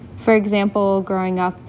for example, growing up,